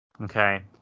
Okay